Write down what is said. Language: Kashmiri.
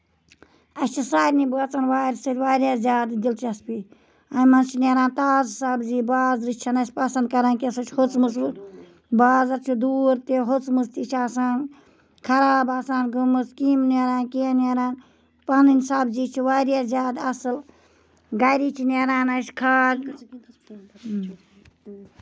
اَسہِ چھُ سارنہِ بٲژَن وارِ سۭتۍ زیادٕ دِلچسپی اَمہِ منٛز چھُ نیران تازٕ سَبزِ بازرٕچ چھےٚ نہٕ أسۍ پَسند کران کیٚنٛہہ سُہ چھِ ہوٚژمٕژ بازر چھُ دوٗر تہٕ ہوٚژمٕژ تہِ چھےٚ آسان خراب آسان گٔمٕژ کیم نیران کیٚنہہ نیران پَنٕنۍ سَبزی چھےٚ واریاہ زیادٕ اَصٕل گرِچ نیران اَسہِ کھاد